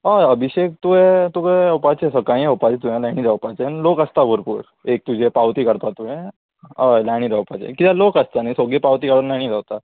हय अभिशेक तुवें तुवें येवपाचें सकाळीं येवपाचें तुवें लायनी रावपाचें आनी लोक आसता भरपूर एक तुजें पावती काडपा तुवें हय लायनी जावपाचें किद्या लोक आसता न्ही सोगलीं पावती काडून लायनी रावता